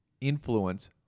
influence